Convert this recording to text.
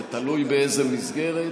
זה תלוי באיזה מסגרת.